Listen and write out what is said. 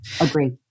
agree